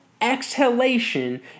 exhalation